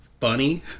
funny